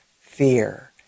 fear